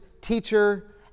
teacher